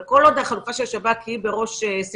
אבל כל עוד החלופה של השב"כ היא בראש שמחתנו,